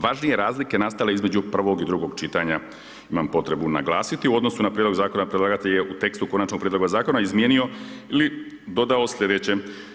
Važnije razlike nastale između prvog i drugog čitanja, imam potrebu naglasiti, u odnosu na prijedlog zakona, predlagatelj u konačnog prijedloga zakona izmijenio ili dodao slijedeće.